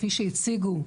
כפי שהציגו,